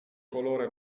colore